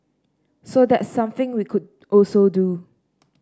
so that's something we could also do